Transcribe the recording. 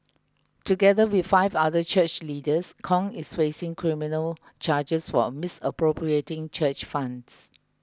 together with five other church leaders Kong is facing criminal charges for misappropriating church funds